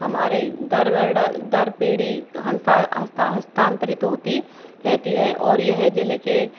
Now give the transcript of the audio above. हमारे दरवडर दर पीढ़ी हस्ता हस्तांतरित होती रहती है और यह ज़िले के